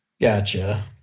Gotcha